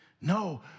No